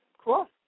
Cool